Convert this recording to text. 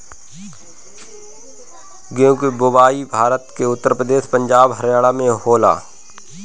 गेंहू के बोआई भारत में उत्तर प्रदेश, पंजाब, हरियाणा में होला